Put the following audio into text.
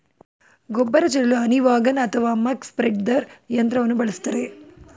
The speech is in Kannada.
ಗೊಬ್ಬರ ಚೆಲ್ಲಲು ಹನಿ ವಾಗನ್ ಅಥವಾ ಮಕ್ ಸ್ಪ್ರೆಡ್ದರ್ ಯಂತ್ರವನ್ನು ಬಳಸ್ತರೆ